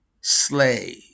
slay